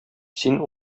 син